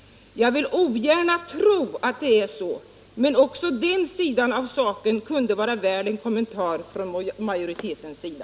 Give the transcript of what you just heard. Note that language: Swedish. Jag vill ogärna tro att det är så, men också den sidan av saken kunde vara värd en kommentar från majoritetens sida.